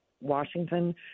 Washington